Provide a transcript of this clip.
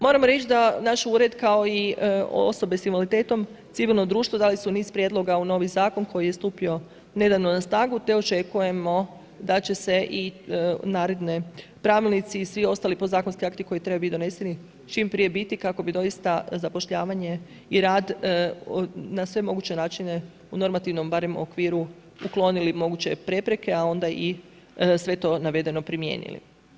Moram reći da naš ured kao i osobe s invaliditetom, civilno društvo, dali su niz prijedloga u novi Zakon koji je stupio nedavno na snagu te očekujemo da će se i naredni pravilnici i svi ostali podzakonski akti koji trebaju biti doneseni čim prije biti, kako bi doista zapošljavanje i rad na sve moguće načine u normativnom barem okviru uklonili moguće prepreke, a onda i sve to navedeno primijenili.